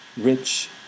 rich